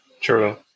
True